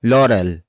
Laurel